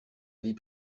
vie